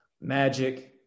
Magic